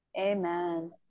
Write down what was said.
Amen